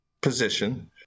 position